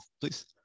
please